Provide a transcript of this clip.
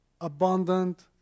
abundant